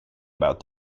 about